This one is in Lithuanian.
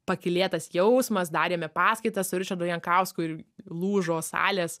pakylėtas jausmas darėme paskaitą su ričardu jankausku ir lūžo salės